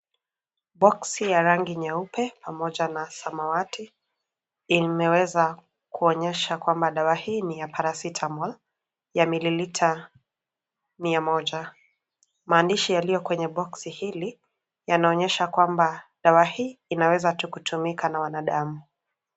Boksi ya rangi nyeupe pamoja na samawati imeweza kuonyesha kwamba dawa hii ni ya, Paracetamol, ya mililita mia moja. Maandishi yaliyo kwenye boksi hili yanaonyesha kwamba dawa hii inaweza tu kutumika na wanadamu.